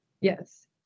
Yes